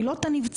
מה עילות הנבצרות?